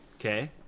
okay